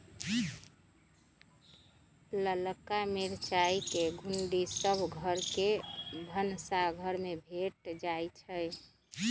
ललका मिरचाई के गुण्डी सभ घर के भनसाघर में भेंट जाइ छइ